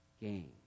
gain